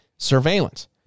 surveillance